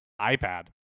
iPad